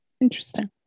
Interesting